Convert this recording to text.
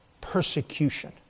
persecution